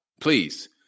Please